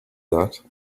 that